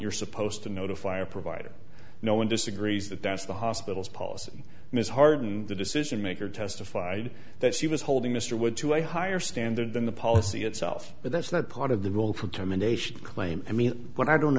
you're supposed to notify your provider no one disagrees that that's the hospital's policy miss harden the decision maker testified that she was holding mr wood to a higher standard than the policy itself but that's not part of the role for termination claim i mean what i don't